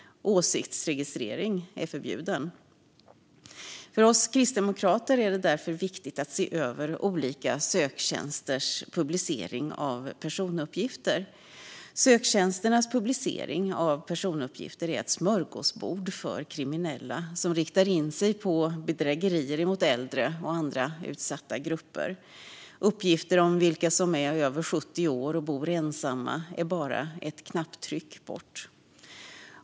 Åsiktsregistrering är förbjuden. För oss kristdemokrater är det därför viktigt att se över olika söktjänsters publicering av personuppgifter. Söktjänsternas publicering av personuppgifter är ett smörgåsbord för kriminella som riktar in sig på bedrägerier mot äldre och andra utsatta grupper. Uppgifter om vilka som är över 70 år och bor ensamma är bara ett knapptryck bort.